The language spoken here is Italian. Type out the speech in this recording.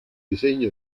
disegno